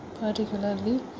particularly